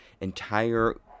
entire